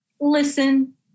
Listen